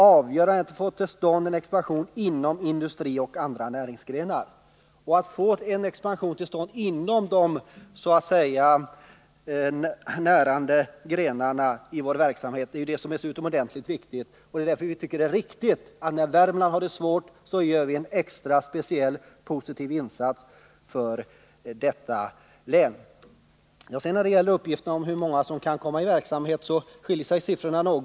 ”Avgörande är om man kan få till stånd en expansion inom industrin och andra näringsgrenar.” Att få till stånd en expansion inom de så att säga närande grenarna i vår verksamhet är utomordentligt viktigt, och vi tycker därför det är riktigt att göra en extra, speciellt positiv insats för Värmland när detta län har det svårt. När det gäller uppgifterna om hur många som kan komma i verksamhet skiljer sig siffrorna något.